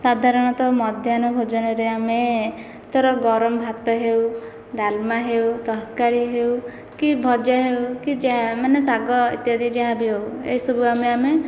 ସାଧାରଣତଃ ମଧ୍ୟାହ୍ନ ଭୋଜନରେ ଆମେ ଧର ଗରମ ଭାତ ହେଉ ଡାଲମା ହେଉ ତରକାରୀ ହେଉ କି ଭଜା ହେଉ କି ଯାହା ମାନେ ଶାଗ ଇତ୍ୟାଦି ଯାହା ବି ହେଉ ଏହିସବୁ ଆମେ ଆମେ